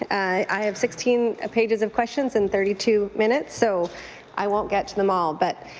i have sixteen ah pages of questions and thirty two minutes, so i won't get to them all. but